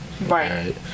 Right